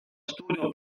studio